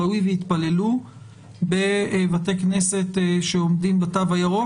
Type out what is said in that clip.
ראוי שיתפללו בבתי כנסת שעומדים בתו הירוק